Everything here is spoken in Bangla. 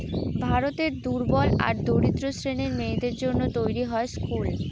ভারতের দুর্বল আর দরিদ্র শ্রেণীর মেয়েদের জন্য তৈরী হয় স্কুল